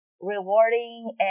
rewarding